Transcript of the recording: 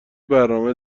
برنامه